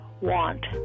want